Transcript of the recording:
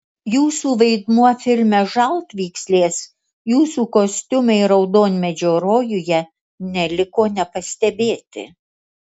jūsų vaidmuo filme žaltvykslės jūsų kostiumai raudonmedžio rojuje neliko nepastebėti